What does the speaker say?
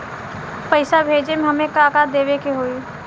पैसा भेजे में हमे का का देवे के होई?